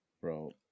Bro